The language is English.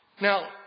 Now